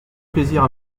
plaisir